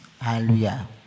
Hallelujah